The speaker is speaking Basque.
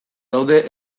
daude